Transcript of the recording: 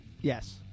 Yes